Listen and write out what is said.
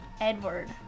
Edward